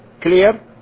Clear